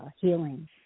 healing